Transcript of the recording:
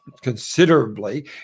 considerably